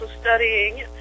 studying